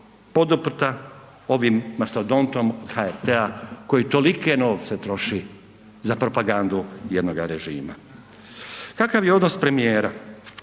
poduprta ovim mastodontom HRT-a koji tolike novce troši za propagandu jednoga režima. Kakav je odnos premijera?